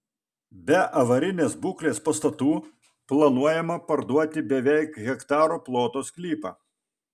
be avarinės būklės pastatų planuojama parduoti beveik hektaro ploto sklypą